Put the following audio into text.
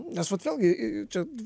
nes vat vėlgi čia